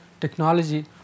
technology